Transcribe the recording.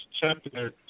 chapter